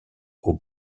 aux